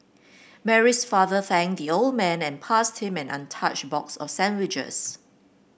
Mary's father thanked the old man and passed him an untouched box of sandwiches